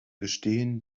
gestehen